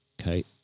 Okay